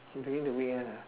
during the weekend ah